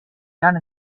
done